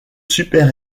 super